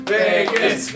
Vegas